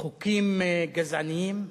חוקים גזעניים,